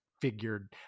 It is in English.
figured